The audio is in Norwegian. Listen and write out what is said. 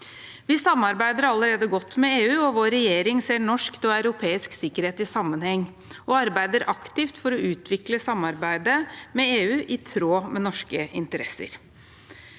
Vi samarbeider allerede godt med EU. Vår regjering ser norsk og europeisk sikkerhet i sammenheng og arbeider aktivt for å utvikle samarbeidet med EU i tråd med norske interesser.